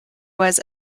was